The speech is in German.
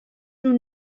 nun